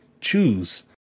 choose